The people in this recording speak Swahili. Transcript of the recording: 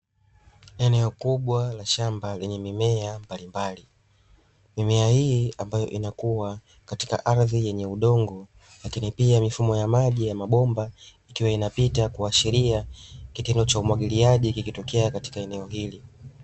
Eneo kubwa la shamba lenye mimea mbalimbali, mimea hii ambayo inakua kwenye ardhi yenye udongo lakini pia mifumo ya maji ya mabomba ikiwa inapita, kuashiria kitendo cha umwagiliaji kikitokea katika eneo hili.